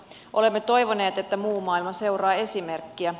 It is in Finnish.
olemme toivoneet että muu maailma seuraa esimerkkiä